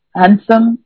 handsome